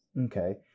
Okay